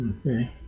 Okay